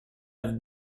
have